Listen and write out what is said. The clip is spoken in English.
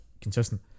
consistent